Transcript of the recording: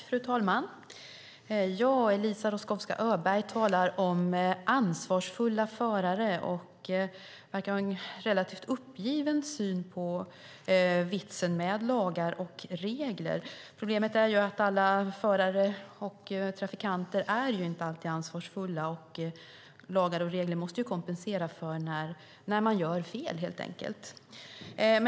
Fru talman! Eliza Roszkowska Öberg talar om ansvarsfulla förare och verkar ha en relativt uppgiven syn på vitsen med lagar och regler. Problemet är att alla förare och trafikanter inte alltid är ansvarsfulla, och lagar och regler måste kompensera när man gör fel.